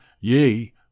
yea